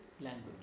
language